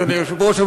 אדוני היושב-ראש,